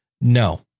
No